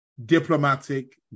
diplomatic